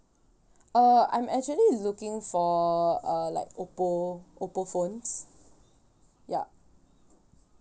uh I'm actually looking for uh like oppo oppo phones yup